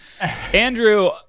andrew